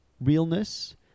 realness